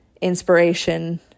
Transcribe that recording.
inspiration